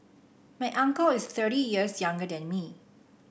my uncle is thirty years younger than me